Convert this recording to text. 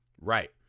Right